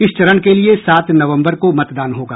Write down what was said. इस चरण के लिए सात नवम्बर को मतदान होगा